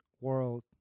world